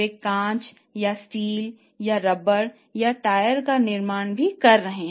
वे कांच या स्टील या रबर या टायर का निर्माण नहीं कर रहे हैं